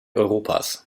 europas